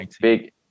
big